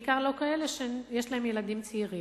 בעיקר לא כאלה שיש להן ילדים צעירים.